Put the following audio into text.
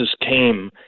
came